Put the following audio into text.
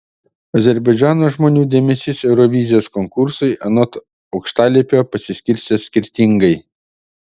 azerbaidžano žmonių dėmesys eurovizijos konkursui anot aukštalipio pasiskirstęs skirtingai